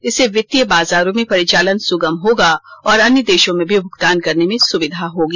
इससे वित्तीय बाजारों में परिचालन सुगम होगा और अन्य देशों में भी भुगतान करने में सुविधा होगी